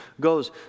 goes